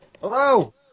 hello